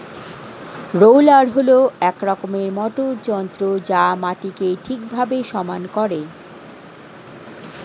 roller হল এক রকমের মোটর যন্ত্র যা মাটিকে ঠিকভাবে সমান করে